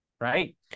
right